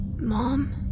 Mom